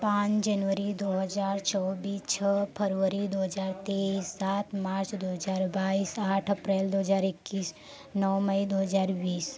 पाँच जनवरी दो हजार चौबीस छः फरवरी दो हजार तेईस सात मार्च दो हजार बाईस आठ अप्रैल दो हजार इक्कीस नौ मई दो हजार बीस